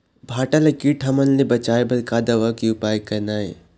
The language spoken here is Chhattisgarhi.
भांटा ला कीट हमन ले बचाए बर का दवा के उपयोग करना ये?